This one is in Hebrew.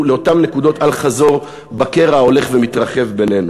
לאותן נקודות אל-חזור בקרע ההולך ומתרחב בינינו.